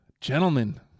Gentlemen